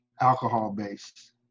alcohol-based